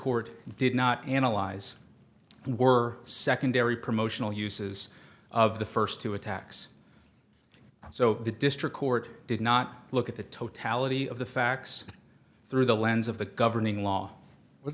court did not analyze and were secondary promotional uses of the first two attacks so the district court did not look at the totality of the facts through the lens of the governing law